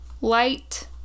light